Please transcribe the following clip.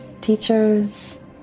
teachers